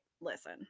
listen